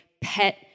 pet